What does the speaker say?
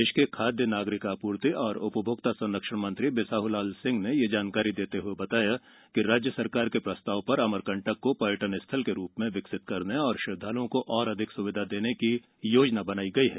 प्रदेश के खाद्य नागरिक आपूर्ति एवं उपभोक्ता संरक्षण मंत्री बिसाहूलाल सिंह ने यह जानकारी देते हृए बताया कि राज्य सरकार के प्रस्ताव पर अमरकंटक को पर्यटन स्थल के रूप में विकसित करने और श्रद्वालुओं को और अधिक सुविधा देने की योजना बनाई गई है